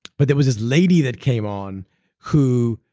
but there was this lady that came on who